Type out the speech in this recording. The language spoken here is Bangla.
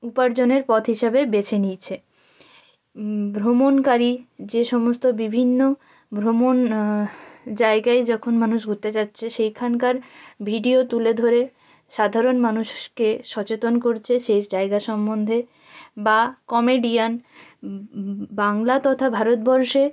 উপার্জনের পথ হিসাবে বেছে নিয়েছে ভ্রমণকারী যে সমস্ত বিভিন্ন ভ্রমণ জায়গায় যখন মানুষ ঘুরতে যাচ্ছে সেইখানকার ভিডিও তুলে ধরে সাধারণ মানুষকে সচেতন করছে সেই জায়গা সম্বন্ধে বা কমেডিয়ান বাংলা তথা ভারতবর্ষে